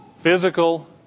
physical